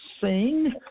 sing